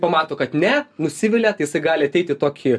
pamato kad ne nusivilia tai jisai gali ateiti tokį